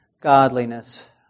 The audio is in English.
godliness